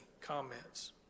comments